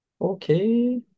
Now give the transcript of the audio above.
okay